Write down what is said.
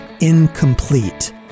incomplete